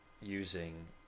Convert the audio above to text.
using